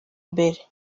mbere